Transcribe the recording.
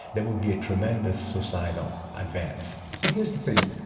that would be a tremendous societal advance. so here's the thing,